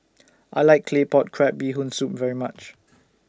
I like Claypot Crab Bee Hoon Soup very much